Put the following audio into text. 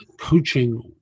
coaching